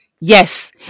yes